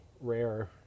rare